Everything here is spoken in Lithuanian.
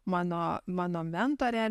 mano mano mentorė